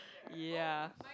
ya